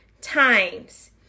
times